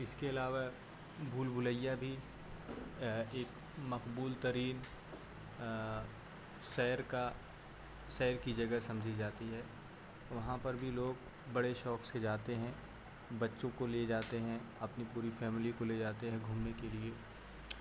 اس کے علاوہ بھول بھلیا بھی ایک مقبول ترین سیر کا سیر کی جگہ سمجھی جاتی ہے وہاں پر بھی لوگ بڑے شوق سے جاتے ہیں بچوں کو لے جاتے ہیں اپنی پوری فیملی کو لے جاتے ہیں گھومنے کے لیے